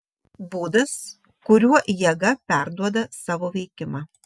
būdas kuriuo jėga perduoda savo veikimą